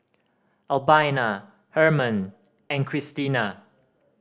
Albina Hermon and Krystina